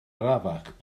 arafach